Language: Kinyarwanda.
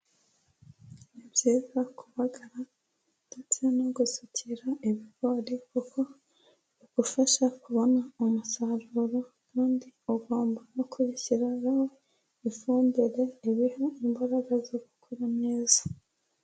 Ni byiza kubagara ndetse no gusekera ibigori kuko bigufasha kubona umusaruro kandi ugomba no kugishyiraho ifumbire ibiha imbaraga zo gukura neza.